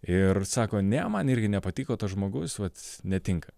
ir sako ne man irgi nepatiko tas žmogus vat netinka